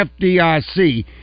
fdic